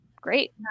great